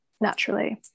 naturally